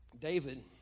David